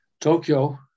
Tokyo